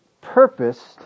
purposed